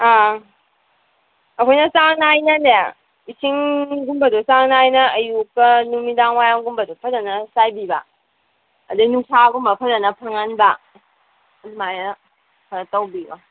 ꯑꯥ ꯑꯩꯈꯣꯏꯅ ꯆꯥꯡ ꯅꯥꯏꯅꯅꯦ ꯏꯁꯤꯡꯒꯨꯝꯕꯗꯨ ꯆꯥꯡ ꯅꯥꯏꯅ ꯑꯌꯨꯛꯀ ꯅꯨꯃꯤꯗꯥꯡ ꯋꯥꯏꯔꯝꯒꯨꯝꯕꯗꯣ ꯐꯖꯅ ꯆꯥꯏꯕꯤꯕ ꯑꯗꯩ ꯅꯨꯡꯁꯥꯒꯨꯝꯕ ꯐꯖꯅ ꯐꯪꯍꯟꯕ ꯑꯗꯨꯃꯥꯏꯅ ꯈꯔ ꯇꯧꯕꯤꯌꯣ